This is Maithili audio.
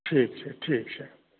ठीक छै ठीक छै